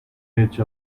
edge